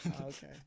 Okay